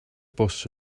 bws